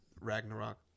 Ragnarok